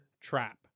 trap